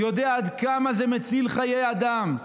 יודע עד כמה זה מציל חיי אדם,